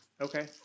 Okay